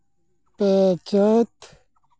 ᱯᱮ ᱪᱟᱹᱛ